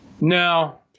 no